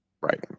Right